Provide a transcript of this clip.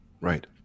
Right